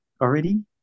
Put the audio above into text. already